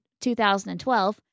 2012